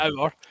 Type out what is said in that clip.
hour